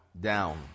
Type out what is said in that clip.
down